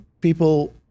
people